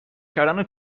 کردن